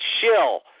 shill